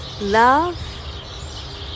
love